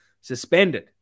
suspended